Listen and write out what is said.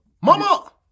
Mama